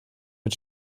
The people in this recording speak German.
mit